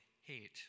hate